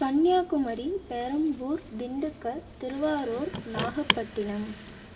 Kanyakumari Perambur Dindigul Thiruvarur Nagapattinam